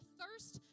thirst